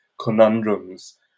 conundrums